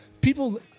people